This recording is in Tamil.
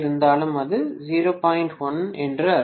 1 என்று அர்த்தம்